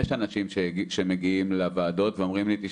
יש אנשים שמגיעים לוועדות ואומרים לי: תשמע,